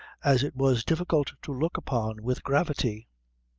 as it was difficult to look upon with gravity.